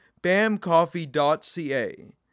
BAMCoffee.ca